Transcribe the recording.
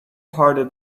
harder